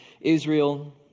Israel